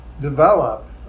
develop